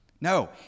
No